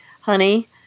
honey